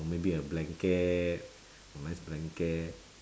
or maybe a blanket a nice blanket